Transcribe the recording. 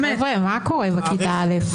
מה קורה בכיתה א'?